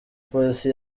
polisi